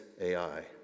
Ai